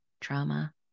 trauma